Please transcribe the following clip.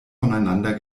voneinander